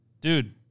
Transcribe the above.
dude